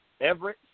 Everett